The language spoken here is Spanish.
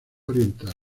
oriental